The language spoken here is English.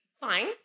Fine